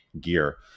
gear